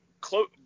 close